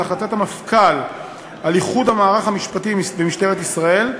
החלטת המפכ"ל על איחוד המערך המשפטי במשטרת ישראל,